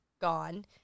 gone